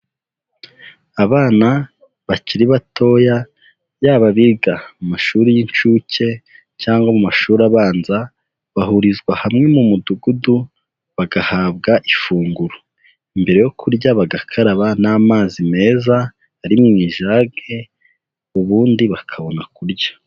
Abana bakiri batoya, yaba abiga amashuri y'incuke, cyangwa mu mashuri abanza, bahurizwa hamwe mu mudugudu, bagahabwa ifunguro. Mbere yo kurya bagakaraba n'amazi meza, ari mu ijage, ubundi bakabona kurya.